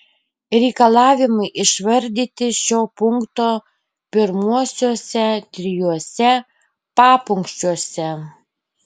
reikalavimai išvardyti šio punkto pirmuosiuose trijuose papunkčiuose